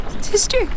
sister